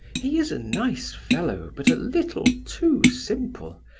he is a nice fellow, but a little too simple,